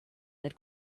that